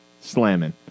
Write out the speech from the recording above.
slamming